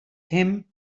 him